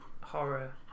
horror